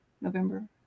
November